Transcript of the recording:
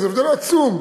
זה הבדל עצום.